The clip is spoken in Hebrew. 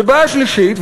ובעיה שלישית,